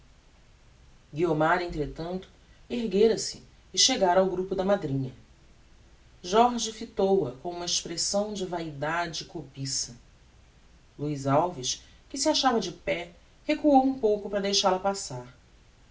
guiomar entretanto erguera-se e chegara ao grupo da madrinha jorge fitou-a com uma expressão de vaidade e cobiça luiz alves que se achava de pé recuou um pouco para deixal-a passar